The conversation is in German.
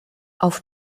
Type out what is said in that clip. auf